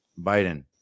Biden